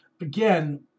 again